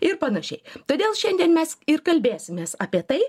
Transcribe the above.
ir panašiai todėl šiandien mes ir kalbėsimės apie tai